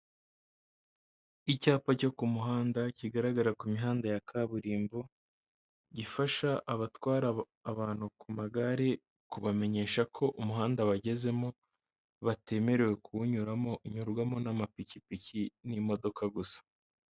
Icyapa cyo ku muhanda kigaragara ku mihanda ya kaburimbo, gifasha abatwara abantu ku magare kubamenyesha ko umuhanda bagezemo batemerewe kuwunyuramo unyurwamo n'amapikipiki n'imodoka gusa.